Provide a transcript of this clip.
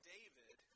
David